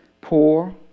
poor